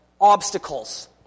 obstacles